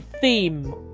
theme